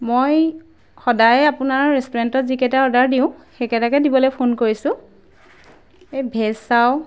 মই সদায়ে আপোনাৰ ৰেষ্টুৰেণ্টত যিকেইটা অৰ্ডাৰ দিওঁ সেইকেইটাকে দিবলৈ ফোন কৰিছোঁ এই ভেজ চাও